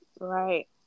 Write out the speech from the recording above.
Right